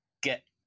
get